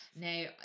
Now